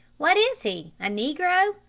what is he, a negro?